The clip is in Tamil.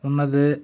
உன்னது